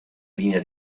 linea